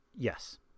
Yes